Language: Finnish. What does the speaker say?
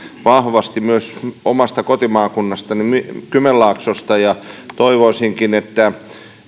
vahvasti myös omasta kotimaakunnastani kymenlaaksosta toivoisinkin että